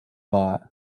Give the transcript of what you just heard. bought